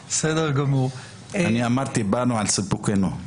אני אמרתי, באנו על סיפוקנו.